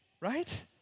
right